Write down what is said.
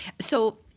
So-